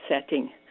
setting